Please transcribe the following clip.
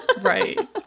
Right